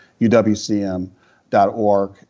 uwcm.org